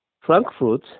Frankfurt